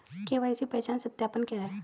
KYC पहचान सत्यापन क्या है?